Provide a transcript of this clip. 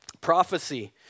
Prophecy